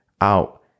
out